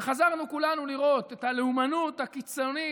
וחזרנו כולנו לראות את הלאומנות הקיצונית